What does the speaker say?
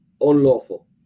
unlawful